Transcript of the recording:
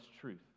truth